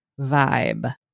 vibe